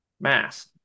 mass